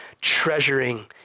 treasuring